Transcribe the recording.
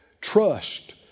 trust